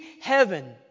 heaven